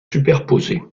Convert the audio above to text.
superposés